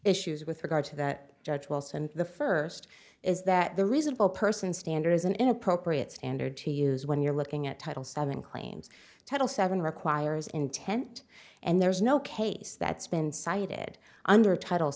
issues with regard to that judge wilson the first is that the reasonable person standard is an inappropriate standard to use when you're looking at title seven claims title seven requires intent and there's no case that's been cited under title